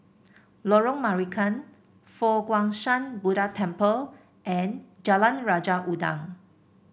Lorong Marican Fo Guang Shan Buddha Temple and Jalan Raja Udang